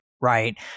right